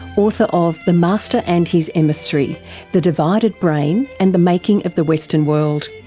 author of the master and his emissary the divided brain and the making of the western world.